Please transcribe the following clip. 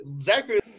Zachary